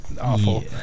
awful